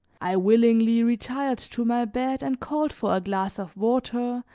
i willingly retired to my bed and called for a glass of water,